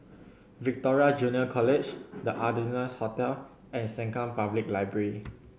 Victoria Junior College The Ardennes Hotel and Sengkang Public Library